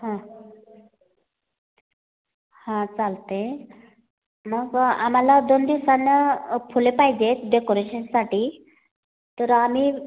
हां चालत आहे मग आम्हाला दोन दिवसानं फुले पाहिजेत डेकोरेशनसाठी तर आम्ही